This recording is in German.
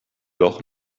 doch